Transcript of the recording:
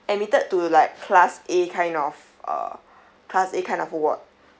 admitted to like class A kind of uh class A kind of a ward